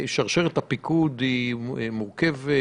שרשרת הפיקוד היא מורכבת.